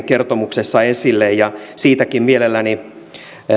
kertomuksessa esille ja siitäkin mielelläni